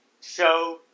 show